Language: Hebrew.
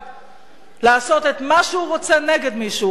לעשות את מה שהוא רוצה נגד מי שהוא רוצה.